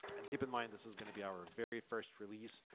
and keep in mind, this is gonna be our very first release.